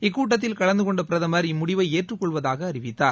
இக்கூட்டத்தில் கலந்து கொண்ட பிரதமர் இம்முடிவை ஏற்றுக்கொள்வதாக அறிவித்தார்